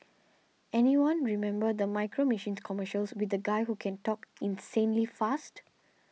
anyone remember the Micro Machines commercials with the guy who can talk insanely fast